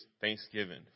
thanksgiving